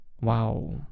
Wow